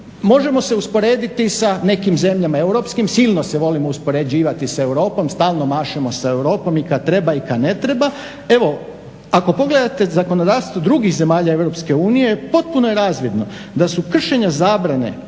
možemo se usporediti sa nekim zemljama europskim, silno se volimo uspoređivati sa Europom, stalno mašemo s Europom i kad treba i kad ne treba. Ako pogledate zakonodavstvo drugih zemalja Europske unije potpuno je razvidno da su kršenja zabrane